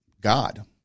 God